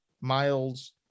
Miles